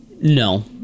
No